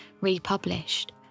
republished